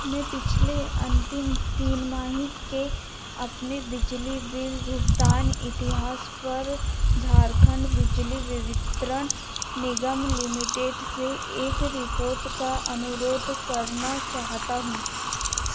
मैं पिछले अन्तिम तिमाही के अपने बिजली बिल भुगतान इतिहास पर झारखण्ड बिजली वितरण निगम लिमिटेड से एक रिपोर्ट का अनुरोध करना चाहता हूँ